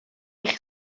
eich